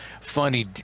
funny